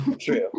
True